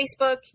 Facebook